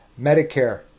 Medicare